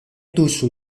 tuŝu